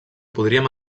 podríem